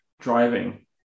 driving